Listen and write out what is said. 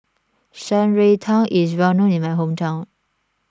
Shan Rui Tang is well known in my hometown